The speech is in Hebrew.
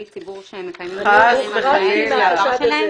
ציבור שהם מקיימים --- העבר שלהם?